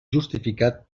justificat